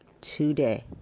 today